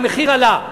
המחיר עלה,